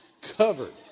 covered